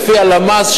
לפי הלמ"ס,